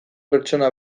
pertsona